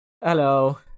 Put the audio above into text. Hello